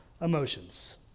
emotions